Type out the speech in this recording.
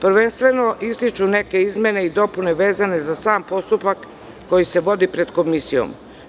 Prvenstveno, ističu neke izmene i dopune vezano za sam postupak koji se vodi pred Komisijom.